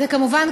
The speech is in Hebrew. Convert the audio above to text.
זה כמובן,